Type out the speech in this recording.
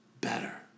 better